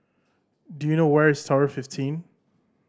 do you know where is Tower fifteen